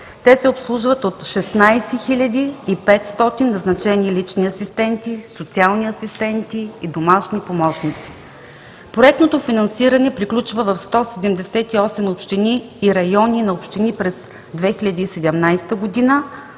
Те се обслужват от 16 500 назначени лични асистенти, социални асистенти и домашни помощници. Проектното й финансиране приключва в 178 общини и райони на общини през 2017 г.,